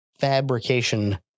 fabrication